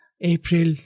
April